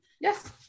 Yes